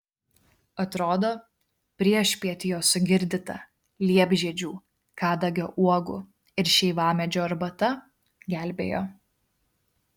atrodo priešpiet jo sugirdyta liepžiedžių kadagio uogų ir šeivamedžio arbata gelbėjo